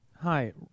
Hi